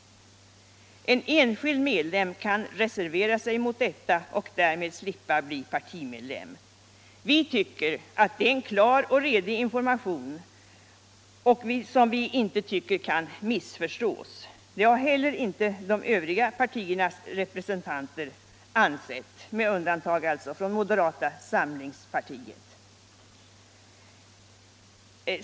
En enskild medlem kan reservera sig mot detta och därmed slippa bli partimedlem.” Vi tycker det är en klar och redig information som inte kan missförstås. Det har inte heller de övriga partiernas representanter ansett med undantag för moderata samlingspartiet.